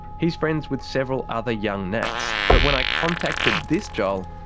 he's friends with several other young nats. but when i contacted this joel,